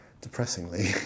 depressingly